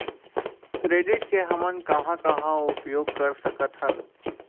Credit के हमन कहां कहा उपयोग कर सकत हन?